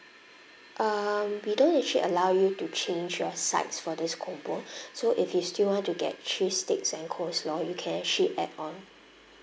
um we don't actually allow you to change your sides for this combo so if you still want to get cheese sticks and coleslaw you can actually add on